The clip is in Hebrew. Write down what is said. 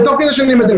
זה תוך כדי שאני מדבר.